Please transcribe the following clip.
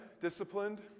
Disciplined